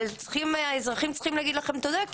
אבל האזרחים צריכים להגיד לכם תודה,